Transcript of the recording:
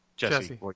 Jesse